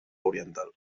oriental